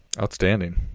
Outstanding